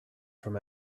from